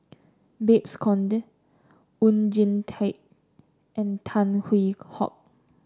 Babes Conde Oon Jin Teik and Tan Hwee Hock